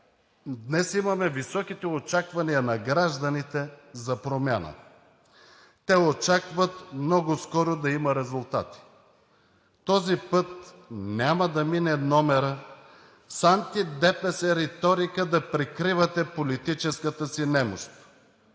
Днес имаме високите очаквания на гражданите за промяна. Те очакват много скоро да има резултати. Този път няма да мине номера с анти-ДПС риторика да прикривате политическата си немощ!